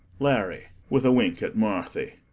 larry with a wink at marthy.